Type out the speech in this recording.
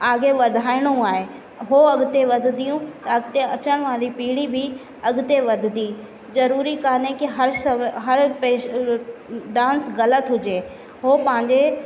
आगे वधाइणो आहे उहो अॻिते वधंदियूं त अॻिते अचण वारी पीढ़ी बि अॻिते वधंदी ज़रूरी काने कि हर सव हर पेशु डांस ग़लत हुजे उहो पंहिंजे